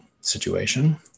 situation